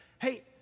hey